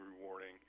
rewarding